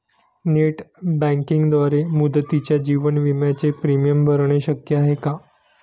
Net बँकिंगद्वारे मुदतीच्या जीवन विम्याचे प्रीमियम भरणे शक्य आहे का?